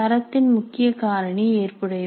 தரத்தின் முக்கிய காரணி ஏற்புடைமை